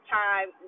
time